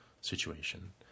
situation